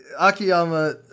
Akiyama